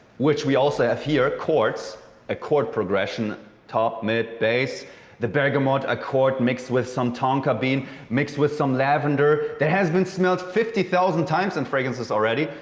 which we also have here, chords chords accord progression top, mid, base the bergamot accord mixed with some tonka bean mixed with some lavender that has been smelled fifty thousand times in fragrances already,